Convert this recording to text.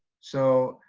so,